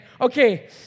okay